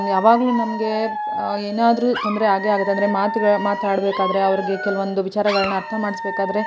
ಯಾವಾಗ್ಲೂ ನಮಗೆ ಏನಾದ್ರೂ ತೊಂದರೆ ಆಗಿಯೇ ಆಗುತ್ತೆ ಅಂದರೆ ಮಾತಾಡಬೇಕಾದ್ರೆ ಅವ್ರಿಗೆ ಕೆಲವೊಂದು ವಿಚಾರಗಳನ್ನ ಅರ್ಥ ಮಾಡಿಸ್ಬೇಕಾದ್ರೆ